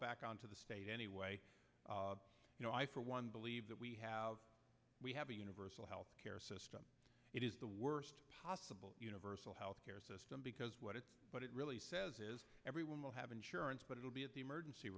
back on to the state anyway you know i for one believe that we have we have a universal health care system it is the worst possible universal health care system because what it what it really says is everyone will have insurance but it will be at the emergency